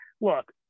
look